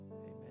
Amen